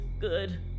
good